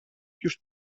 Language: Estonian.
just